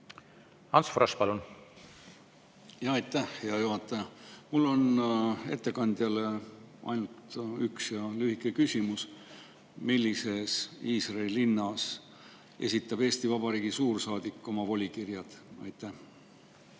Ants Frosch, palun! Aitäh, hea juhataja! Mul on ettekandjale ainult üks lühike küsimus: millises Iisraeli linnas esitab Eesti Vabariigi suursaadik oma volikirjad? Aitäh,